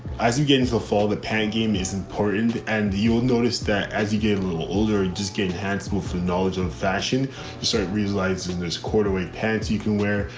as you get into the fall, the pan game is important and you'll notice that as you get a little older, just gain enhanceable for knowledge on fashion. he started regionalizing this quarter away. pants you can wear,